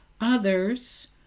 others